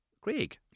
Greg